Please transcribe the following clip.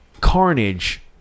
Carnage